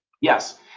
Yes